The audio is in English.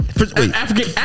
African